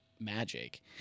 Magic